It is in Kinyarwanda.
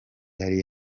yari